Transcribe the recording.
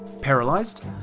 paralyzed